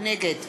נגד